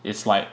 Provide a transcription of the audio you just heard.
it's like